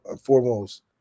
foremost